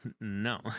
No